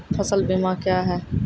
फसल बीमा क्या हैं?